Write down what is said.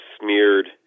smeared